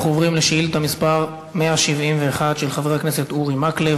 אנחנו עוברים לשאילתה 171 של חבר הכנסת אורי מקלב